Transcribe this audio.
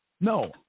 No